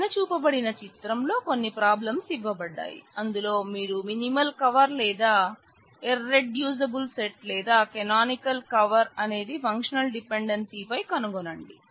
పైన చూపబడిన చిత్రంలో కొన్ని ప్రాబ్లమ్స్ ఇవ్వబడ్డాయి అందులో మీరు మినిమల్ కవర్ లేదా ఇర్రెడ్యూసిబుల్ సెట్ లేదా కెనోనికల్ కవర్ పై కనుగొనండి